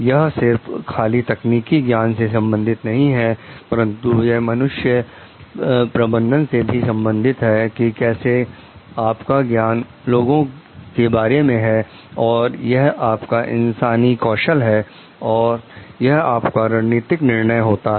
यह सिर्फ खाली तकनीकी ज्ञान से संबंधित नहीं है परंतु यह मनुष्य प्रबंधन से भी संबंधित है कि कैसे आपका ज्ञान लोगों के बारे में है और यह आपका इंसानी कौशल है और यह आपका रणनीतिक निर्णय होता है